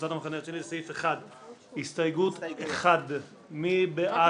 קבוצת המחנה הציוני לסעיף 1. הסתייגות 1. מי בעד?